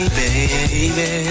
baby